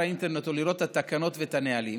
האינטרנט או לראות את התקנות ואת הנהלים,